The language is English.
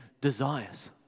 desires